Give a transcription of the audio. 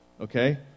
okay